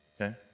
okay